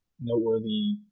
noteworthy